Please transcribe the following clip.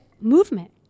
movement